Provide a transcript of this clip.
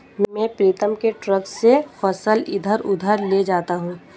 मैं प्रीतम के ट्रक से फसल इधर उधर ले जाता हूं